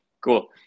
Cool